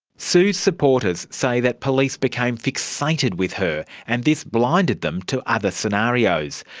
sue's supporters say that police became fixated with her and this blinded them to other scenarios.